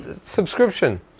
subscription